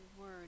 word